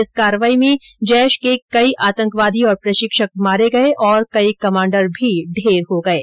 इस कार्रवाई में जैश के कई आतंकवादी और प्रशिक्षक मारे गये तथा कई कमांडर भी ढेर हो गये